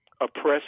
oppressed